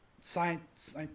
science